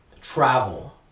travel